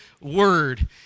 word